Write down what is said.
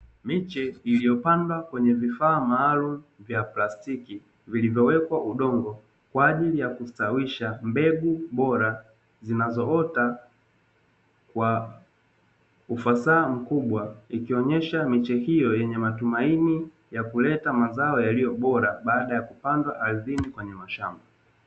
Miche iliyopandwa kwenye vifaa maalumu vya plastiki vilivyowekwa udongo kwa ajili ya kustawisha mbegu bora zinazoota kwa ufasaha mkubwa. Ikionyesha miche hiyo yenye matumaini ya kuleta mazao yaliyo bora baada ya kupandwa ardhini kwenye mashamba.